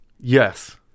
Yes